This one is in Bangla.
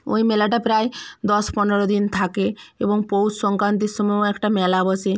ওই মেলাটা প্রায় দশ পনেরো দিন থাকে এবং পৌষ সংক্রান্তির সময়ও একটা মেলা বসে